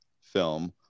film